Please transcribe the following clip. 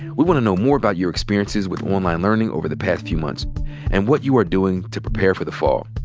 we want to know more about your experiences with online learning over the past few months and what you are doing to prepare for the fall.